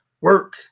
work